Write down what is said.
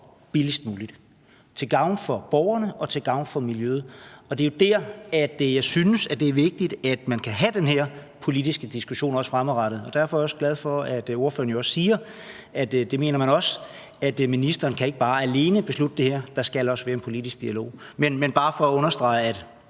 billigst muligt til gavn for borgerne og til gavn for miljøet. Og det er jo dér, at jeg synes, det er vigtigt, at man også fremadrettet kan have den her politiske diskussion. Derfor er jeg også glad for, at ordføreren jo også siger, at man også mener det, nemlig at ministeren ikke bare alene kan beslutte det her; der skal også være en politisk dialog. Det er bare for at understrege, at